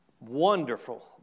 Wonderful